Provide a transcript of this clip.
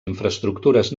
infraestructures